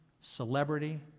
celebrity